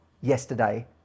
yesterday